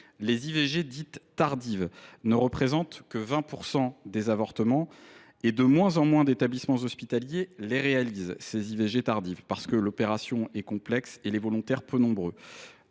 Les IVG dites tardives ne représentent que 20 % des avortements, et de moins en moins d’établissements hospitaliers les réalisent, l’opération étant complexe et les volontaires peu nombreux.